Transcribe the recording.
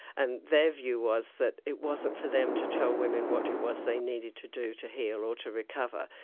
and their view was that it wasn't for them to tell women what it was they needed to do, to heal, or to recover.